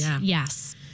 yes